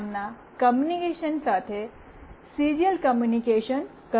નામના કૉમ્યુનિકેશન સાથે serial communication કરવાનું છે